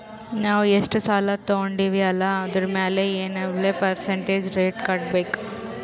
ನಾವ್ ಎಷ್ಟ ಸಾಲಾ ತೊಂಡಿವ್ ಅಲ್ಲಾ ಅದುರ್ ಮ್ಯಾಲ ಎನ್ವಲ್ ಪರ್ಸಂಟೇಜ್ ರೇಟ್ ಕಟ್ಟಬೇಕ್